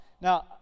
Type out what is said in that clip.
Now